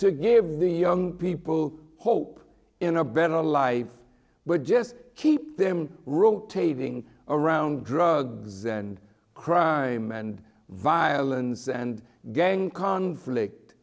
to give the young people hope in a better life but just keep them rotating around drugs and crime and violence and gang conflict